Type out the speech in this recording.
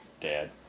dad